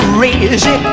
Crazy